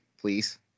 please